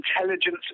intelligence